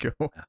go